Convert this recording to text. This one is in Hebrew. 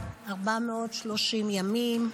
430 ימים,